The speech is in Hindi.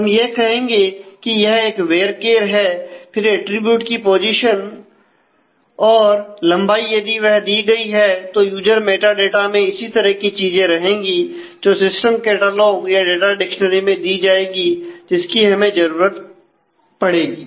हम यह कहेंगे कि यह एक वेरकेर है फिर अटरीब्यूट की पोजीशन और लंबाई यदि वह दी गई है तो यूजर मेटा डाटा में इसी तरह की चीजें रहेंगी जो सिस्टम कैटलॉग या डाटा डिक्शनरी में जाएंगी जिसकी हमें जरूरत पड़ेगी